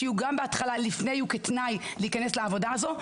שבהתחלה יהיו כתנאי להיכנס לעבודה הזאת,